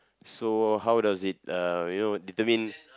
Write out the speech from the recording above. so how does it uh you know determine